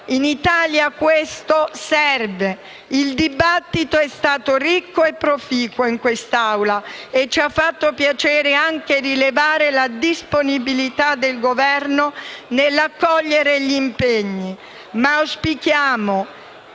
In Italia questo serve. Il dibattito è stato ricco e proficuo in questa Aula e ci ha fatto piacere anche rilevare la disponibilità del Governo nell'accogliere gli impegni.